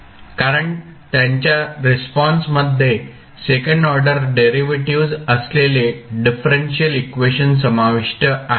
कारण त्यांच्या रिस्पॉन्समध्ये सेकंड ऑर्डर डेरिव्हेटिव्ह्ज असलेले डिफरेंशियल इक्वेशन समाविष्ट आहे